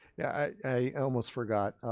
yeah, i almost forgot.